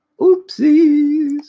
Oopsies